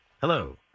Hello